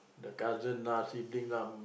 the cousin lah sibling lah